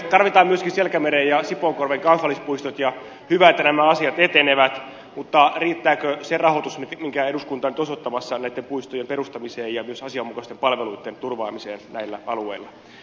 tarvitaan myöskin selkämeren ja sipoonkorven kansallispuistot ja hyvä että nämä asiat etenevät mutta riittääkö se rahoitus minkä eduskunta nyt on osoittamassa näitten puistojen perustamiseen ja myös asianmukaisten palveluitten turvaamiseen näillä alueilla